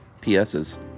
PSs